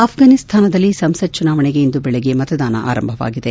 ಅಫ್ಟಾನಿಸ್ತಾನದಲ್ಲಿ ಸಂಸತ್ ಚುನಾವಣೆಗೆ ಇಂದು ಬೆಳಗ್ಗೆ ಮತದಾನ ಆರಂಭವಾಗಿದೆ